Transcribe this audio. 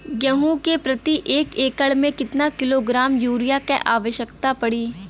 गेहूँ के प्रति एक एकड़ में कितना किलोग्राम युरिया क आवश्यकता पड़ी?